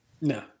No